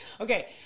Okay